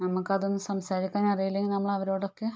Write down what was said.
നമുക്ക് അതൊന്നും സംസാരിക്കാൻ അറിയില്ലെങ്കിൽ നമ്മൾ അവരോടൊക്കെ